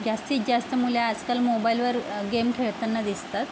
जास्तीत जास्त मुले आजकाल मोबाईलवर गेम खेळताना दिसतात